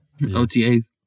OTAs